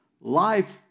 life